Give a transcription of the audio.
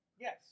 Yes